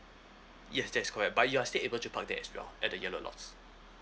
yes that is correct but you're still able to park there as well at the yellow lots